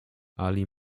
ali